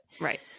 right